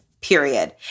period